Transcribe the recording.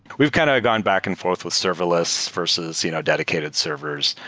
we've kind of gone back and forth with serverless versus you know dedicated servers,